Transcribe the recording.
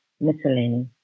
miscellaneous